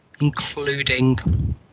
including